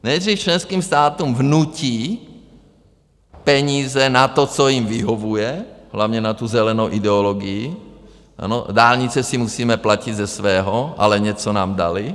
Nejdřív členským státům vnutí peníze na to, co jim vyhovuje, hlavně na tu zelenou ideologii, ano, dálnice si musíme platit ze svého, ale něco nám dali.